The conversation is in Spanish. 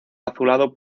azulado